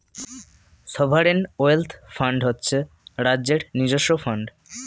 sovereign wealth fund হচ্ছে রাজ্যের নিজস্ব ফান্ড